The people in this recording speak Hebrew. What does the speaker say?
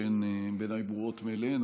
שבעיניי הן ברורות מאליהן,